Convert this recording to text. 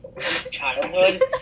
childhood